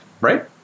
Right